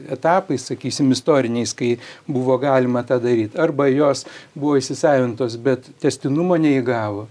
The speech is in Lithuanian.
etapais sakysim istoriniais kai buvo galima tą daryt arba jos buvo įsisavintos bet tęstinumo neįgavo